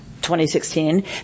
2016